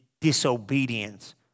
disobedience